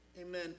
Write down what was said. Amen